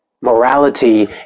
Morality